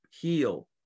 heal